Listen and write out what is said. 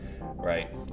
right